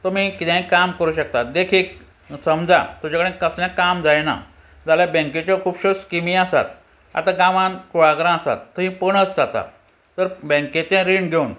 तुमी कितेंय काम करूं शकता देखीक समजा तुजे कडेन कसलें काम जायना जाल्यार बँकेच्यो खुबश्यो स्किमी आसात आतां गांवांत कुळागरां आसात थंय पणस जाता तर बँकेचें रीण घेवन